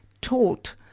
taught